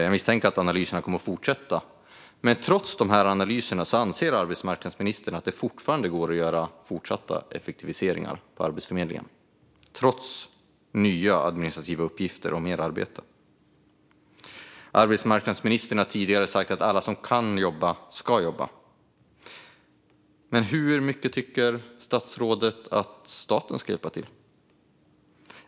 Jag misstänker att analyserna kommer att fortsätta. Men trots dessa analyser anser arbetsmarknadsministern att det fortfarande går att göra fortsatta effektiviseringar på Arbetsförmedlingen, trots nya administrativa uppgifter och mer arbete. Arbetsmarknadsministern har tidigare sagt att alla som kan jobba ska jobba. Men hur mycket tycker statsrådet att staten ska hjälpa till?